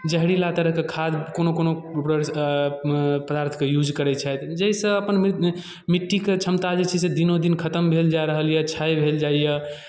जहरीला तरहके खाद कोनो कोनो पदार्थके यूज करै छथि जाहिसँ अपन मिट्टीके क्षमता जे छै से दिनोदिन खतम भेल जा रहल यए क्षय भेल जाइए